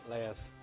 Last